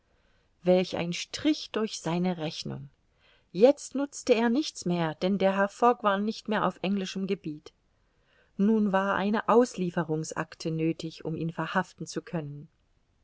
welch ein strich durch seine rechnung jetzt nutzte er nichts mehr denn der herr fogg war nicht mehr auf englischem gebiet nun war eine auslieferungsacte nöthig um ihn verhaften zu können